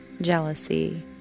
jealousy